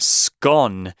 scone